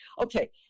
Okay